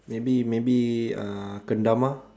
maybe maybe uh kendama